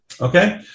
Okay